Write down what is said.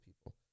people